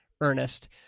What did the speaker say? Ernest